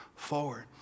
forward